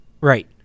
right